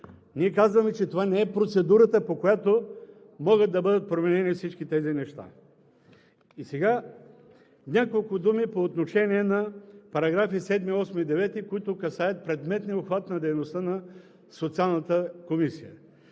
Ние казваме, че това не е процедурата, по която могат да бъдат променени всички тези неща. И сега няколко думи по отношение на параграфи 7, 8 и 9, които касаят предметния обхват на дейността на Социалната комисия.